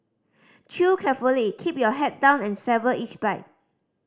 Chew carefully keep your head down and savour each bite